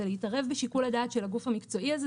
זה להתערב בשיקול הדעת של הגוף המקצועי הזה.